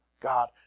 God